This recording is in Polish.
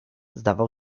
zdawał